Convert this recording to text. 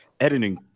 editing